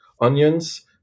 onions